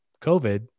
COVID